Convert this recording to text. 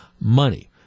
money